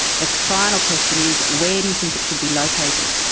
the final question is, where do you think it should be located?